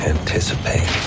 Anticipate